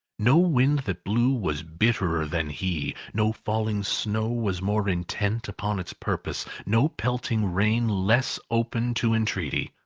no wind that blew was bitterer than he, no falling snow was more intent upon its purpose, no pelting rain less open to entreaty.